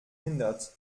hindert